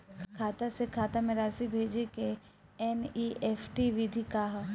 खाता से खाता में राशि भेजे के एन.ई.एफ.टी विधि का ह?